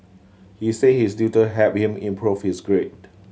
he said his tutor helped him improve his grade